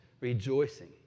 rejoicing